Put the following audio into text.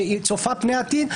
שצופה פני עתיד,